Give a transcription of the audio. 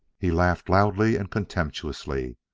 he laughed loudly and contemptuously,